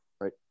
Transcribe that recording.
Right